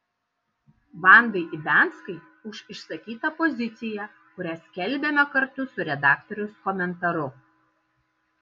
vandai ibianskai už išsakytą poziciją kurią skelbiame kartu su redaktoriaus komentaru